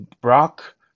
Brock